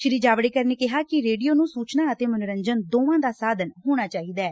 ਸ੍ਰੀ ਜਾਵੜੇਕਰ ਨੇ ਕਿਹਾ ਕਿ ਰੇਡੀਓ ਨੂੰ ਸੂਚਨਾ ਅਤੇ ਮਨੋਰੰਜਨ ਦੋਵਾਂ ਦਾ ਸਾਧਨ ਹੋਣਾ ਚਾਹੀਦੈ